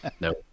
No